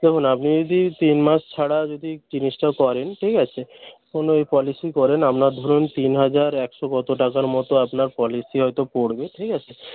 দেখুন আপনি যদি তিন মাস ছাড়া যদি জিনিসটা করেন ঠিক আছে কোনও এই পলিসি করেন আপনার ধরুন তিন হাজার একশো কত টাকার মতো আপনার পলিসি হয়ত পড়বে ঠিক আছে